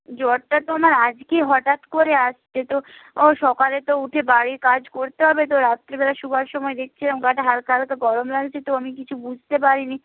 জ্বরটা তো আমার আজকে হঠাৎ করে আসছে তো সকালে তো উঠে বাড়ির কাজ করতে হবে তো রাত্রিবেলা শোওয়ার সময় দেখছিলাম গাটা হালকা হালকা গরম লাগছে তো আমি কিছু বুঝতে পারিনি